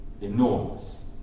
enormous